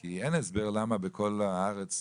כי אין הסבר למה בכל הארץ